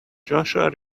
joshua